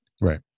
Right